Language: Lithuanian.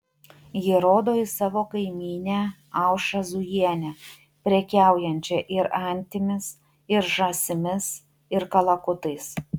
ji rodo į savo kaimynę aušrą zujienę prekiaujančią ir antimis ir žąsimis ir kalakutais